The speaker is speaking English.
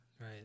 Right